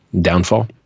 downfall